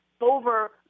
over